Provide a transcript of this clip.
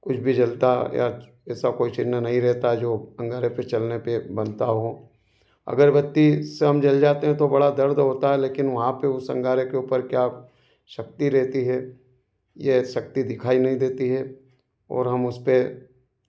कुछ भी जलता या ऐसा कोई चिन्ह नही रहता जो अंगारे पे चलने पे बनता हो अगरबत्ती से हम जल जाते हैं तो बड़ा दर्द होता है लेकिन वहाँ पे उस अंगारे के उपर क्या शक्ति रहती है ये शक्ति दिखाई नही देती है और हम उस पर